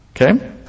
okay